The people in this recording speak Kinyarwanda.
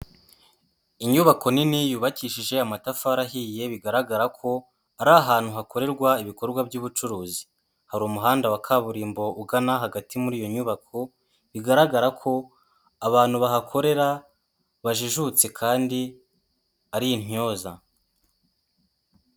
Inyubako nini yubakishije amatafari ahiye, bigaragara ko ari ahantu hakorerwa ibikorwa by'ubucuruzi. Hari umuhanda wa kaburimbo ugana hagati muri iyo nyubako, bigaragara ko abantu bahakorera bajijutse kandi ari intyoza.